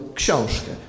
książkę